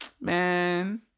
Man